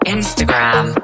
Instagram